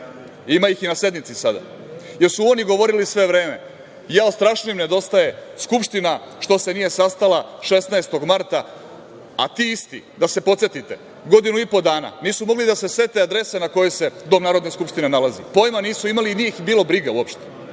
ima ih i na sednici sada, jer su oni govorili sve vreme – jao, strašno im nedostaje Skupština što se nije sastala 16. marta, a ti isti, da se podsetite, godinu i po dana nisu mogli da se sete adrese na kojoj se Dom Narodne skupštine nalazi, pojma nisu imali i nije ih bilo briga uopšte